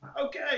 Okay